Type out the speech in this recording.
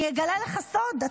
אני אגלה לך סוד,